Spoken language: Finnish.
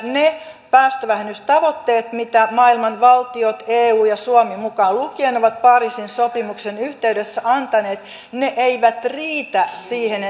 ne päästövähennystavoitteet mitä maailman valtiot eu ja suomi mukaan lukien ovat pariisin sopimuksen yhteydessä antaneet eivät riitä siihen